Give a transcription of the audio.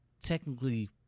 technically